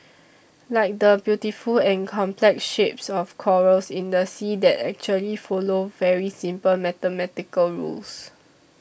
like the beautiful and complex shapes of corals in the sea that actually follow very simple mathematical rules